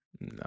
No